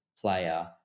player